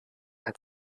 had